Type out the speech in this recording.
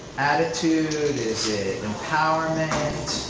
attitude? is it empowerment?